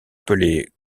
appelé